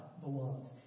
belongs